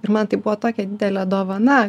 ir man tai buvo tokia didelė dovana